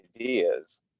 ideas